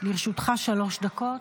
לרשותך שלוש דקות.